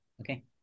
Okay